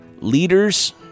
leaders